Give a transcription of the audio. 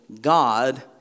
God